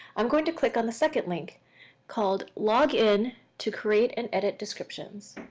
i'm going to click on the second link called log in to create and edit descriptions.